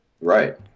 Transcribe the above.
Right